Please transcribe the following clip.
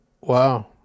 Wow